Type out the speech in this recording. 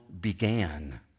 began